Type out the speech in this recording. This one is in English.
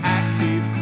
active